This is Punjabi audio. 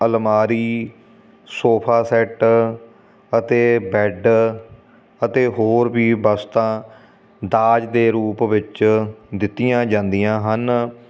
ਅਲਮਾਰੀ ਸੋਫਾ ਸੈੱਟ ਅਤੇ ਬੈੱਡ ਅਤੇ ਹੋਰ ਵੀ ਵਸਤਾਂ ਦਾਜ ਦੇ ਰੂਪ ਵਿੱਚ ਦਿੱਤੀਆਂ ਜਾਂਦੀਆਂ ਹਨ